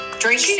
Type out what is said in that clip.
drink